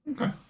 Okay